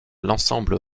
l’ensemble